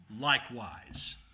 likewise